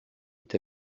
est